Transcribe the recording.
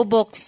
Box